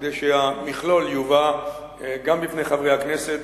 כדי שהמכלול יובא גם בפני חברי הכנסת